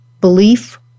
belief